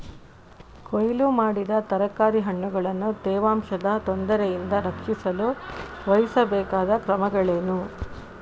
ಕೊಯ್ಲು ಮಾಡಿದ ತರಕಾರಿ ಹಣ್ಣುಗಳನ್ನು ತೇವಾಂಶದ ತೊಂದರೆಯಿಂದ ರಕ್ಷಿಸಲು ವಹಿಸಬೇಕಾದ ಕ್ರಮಗಳೇನು?